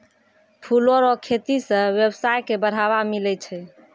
फूलो रो खेती से वेवसाय के बढ़ाबा मिलै छै